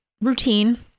routine